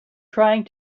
trying